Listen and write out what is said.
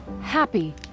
happy